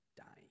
dying